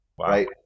Right